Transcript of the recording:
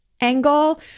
angle